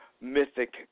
mythic